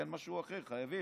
אין משהו אחר, חייבים.